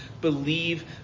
believe